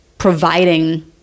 providing